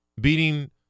beating –